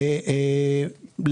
אני,